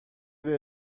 vez